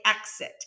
exit